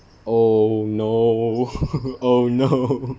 oh no oh no